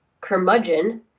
curmudgeon